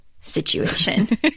situation